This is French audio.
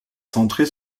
centrée